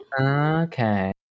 Okay